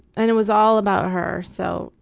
and it was all about her, so,